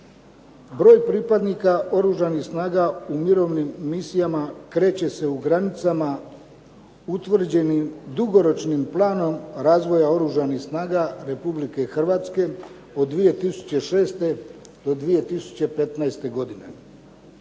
Broj pripadnika Oružanih snaga u mirovnim misijama kreće se u granicama utvrđenim dugoročnim planom razvoja Oružanih snaga Republike Hrvatske od 2006. do 2015. godine.